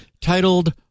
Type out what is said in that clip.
titled